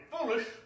foolish